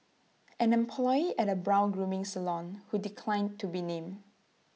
an employee at A brow grooming salon who declined to be named